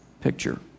picture